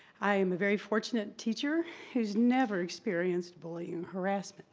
i am a very fortunate teacher who's never experienced bullying and harassing.